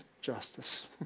justice